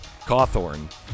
Cawthorn